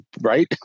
right